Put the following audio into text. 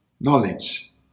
knowledge